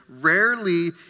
rarely